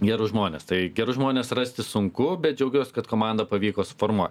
gerus žmones tai gerus žmones rasti sunku bet džiaugiuos kad komandą pavyko suformuo